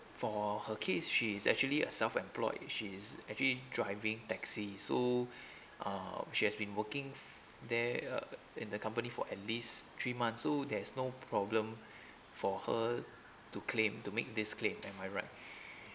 for her case she's actually a self employed she's actually driving taxi so uh she has been working f~ there uh in the company for at least three months so there's no problem for her to claim to make this claim am I right